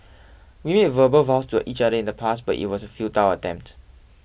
we made verbal vows to each other in the past but it was a futile attempt